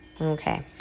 Okay